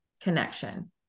connection